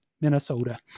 Minnesota